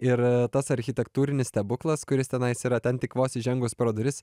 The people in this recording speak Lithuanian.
ir tas architektūrinis stebuklas kuris tenais yra ten tik vos įžengus pro duris